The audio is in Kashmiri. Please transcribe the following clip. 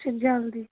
اچھا جلدی